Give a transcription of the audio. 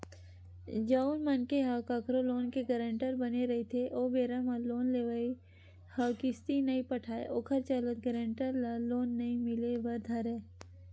जउन मनखे ह कखरो लोन के गारंटर बने रहिथे ओ बेरा म लोन लेवइया ह किस्ती नइ पटाय ओखर चलत गारेंटर ल लोन नइ मिले बर धरय